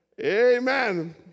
Amen